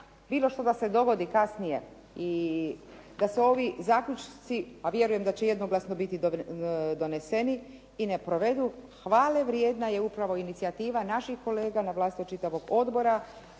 bilo što da se dogodi kasnije i da se ovi zaključci a vjerujem da će jednoglasno biti doneseni i ne provedu hvale vrijedna je upravo inicijativa naših kolega …/Govornica